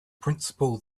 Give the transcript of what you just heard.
principle